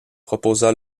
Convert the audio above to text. proposa